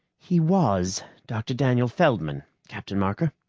he was doctor daniel feldman, captain marker,